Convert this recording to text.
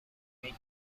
make